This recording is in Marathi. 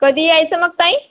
कधी यायचं मग ताई